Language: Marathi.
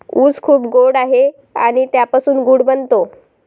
ऊस खूप गोड आहे आणि त्यापासून गूळ बनतो